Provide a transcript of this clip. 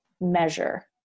measure